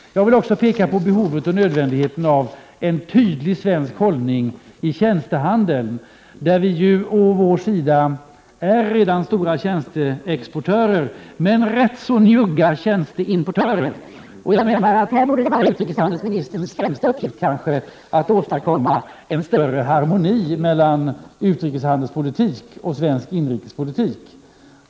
Jag vill också påpeka behovet och nödvändigheten av en tydlig svensk hållning i tjänstehandeln. Vi är redan stora tjänsteexportörer, men rätt så njugga tjänsteimportörer. Jag menar att här borde det kanske vara utrikeshandelsministerns främsta uppgift att åstadkomma en större harmoni mellan utrikeshandelspolitik och svensk inrikespolitik.